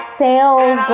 sales